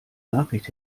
nachricht